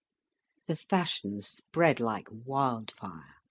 the fashion spread like wildfire.